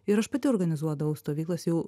ir aš pati organizuodavau stovyklas jau